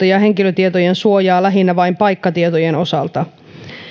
ja henkilötietojen suojaa lähinnä vain paikkatietojen osalta